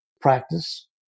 practice